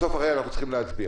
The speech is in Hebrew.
בסוף הרי אנחנו צריכים להצביע.